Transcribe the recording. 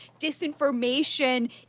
disinformation